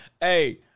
Hey